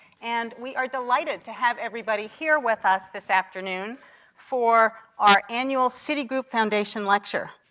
and we are delighted to have everybody here with us this afternoon for our annual citigroup foundation lecture.